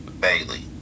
Bailey